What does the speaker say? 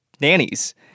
nannies